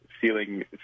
feeling